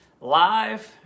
live